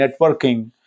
networking